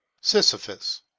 Sisyphus